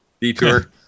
detour